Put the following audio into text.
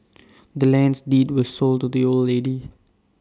the land's deed was sold to the old lady